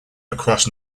across